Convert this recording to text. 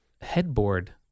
headboard